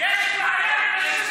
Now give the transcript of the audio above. יש לי בעיה עם,